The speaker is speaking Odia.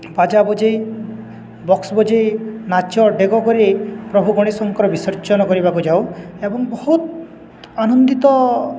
ବାଜା ବଜେଇ ବକ୍ସ ବଜେଇ ନାଚ ଡ଼େଗ କରି ପ୍ରଭୁ ଗଣେଶଙ୍କର ବିସର୍ଜନ କରିବାକୁ ଯାଉ ଏବଂ ବହୁତ ଆନନ୍ଦିତ